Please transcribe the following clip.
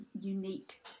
unique